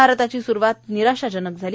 भारताची सुरूवात निराशाजनक झाली